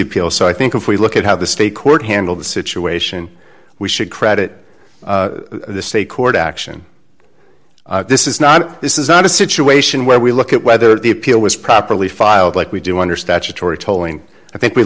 appeal so i think if we look at how the state court handled the situation we should credit the state court action this is not this is not a situation where we look at whether the appeal was properly filed like we do under statutory tolling i think we